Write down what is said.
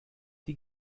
die